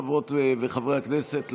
חברות וחברי הכנסת,